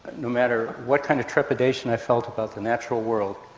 no matter what kind of trepidation i felt about the natural world,